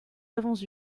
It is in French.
avons